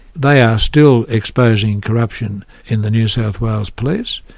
they are still exposing corruption in the new south wales police.